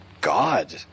God